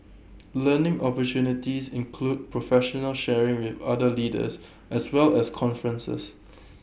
learning opportunities include professional sharing with other leaders as well as conferences